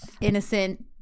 innocent